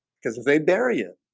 because if they bury it